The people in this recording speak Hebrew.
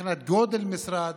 מבחינת גודל משרד,